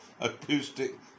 acoustic